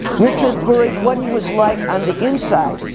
richard worried what he was like on the inside,